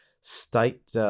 state